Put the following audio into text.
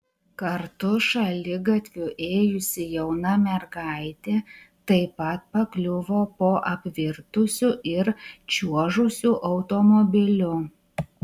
kartu šaligatviu ėjusi jauna mergaitė taip pat pakliuvo po apvirtusiu ir čiuožusiu automobiliu